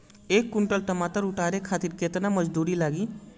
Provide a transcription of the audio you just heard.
एक कुंटल टमाटर उतारे खातिर केतना मजदूरी लागी?